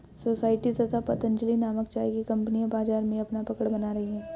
society तथा पतंजलि नामक चाय की कंपनियां बाजार में अपना पकड़ बना रही है